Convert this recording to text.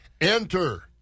enter